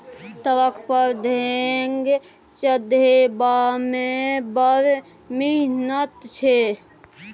truck पर ढेंग चढ़ेबामे बड़ मिहनत छै